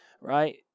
right